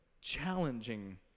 challenging